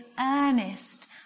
earnest